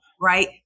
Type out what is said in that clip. right